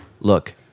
look